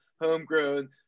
homegrown